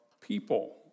people